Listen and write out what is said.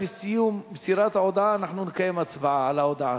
בסיום מסירת ההודעה אנחנו נקיים הצבעה על ההודעה.